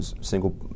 single